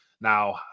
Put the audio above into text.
Now